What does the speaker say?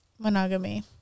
monogamy